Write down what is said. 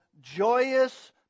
joyous